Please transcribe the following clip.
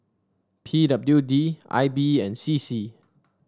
P W D I B and C C